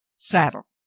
saddle,